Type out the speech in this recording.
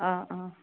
অঁ অঁ